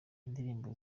indirimbo